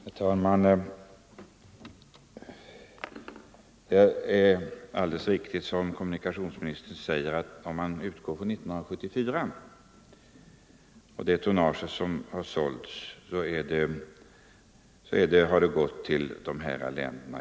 Herr talman! Det är alldeles riktigt som kommunikationsministern säger att det tonnage som sålts under 1974 har gått till de uppräknade länderna.